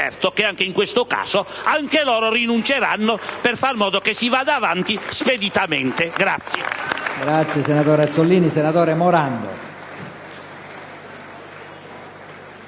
certo che anche in questo caso pure loro rinunceranno, per fare in modo che si vada avanti speditamente.